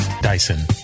Dyson